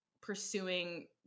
pursuing